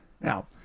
Now